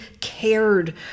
cared